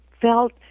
felt